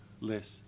less